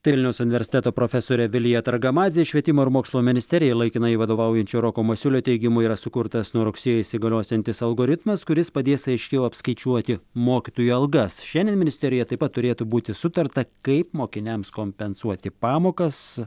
tai vilniaus universiteto profesorė vilija targamadzė švietimo ir mokslo ministerijai laikinai vadovaujančio roko masiulio teigimu yra sukurtas nuo rugsėjo įsigaliosiantis algoritmas kuris padės aiškiau apskaičiuoti mokytojų algas šiandien ministerijoj taip pat turėtų būti sutarta kaip mokiniams kompensuoti pamokas